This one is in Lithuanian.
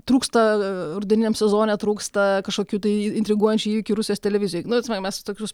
trūksta rudeniniam sezone trūksta kažkokių tai intriguojančių įvykių rusijos televizijoj nu mes tokius